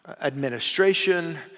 administration